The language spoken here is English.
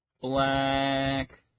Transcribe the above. Black